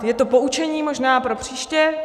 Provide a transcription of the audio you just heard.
Je to poučení možná pro příště.